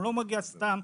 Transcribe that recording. הוא לא מגיע סתם,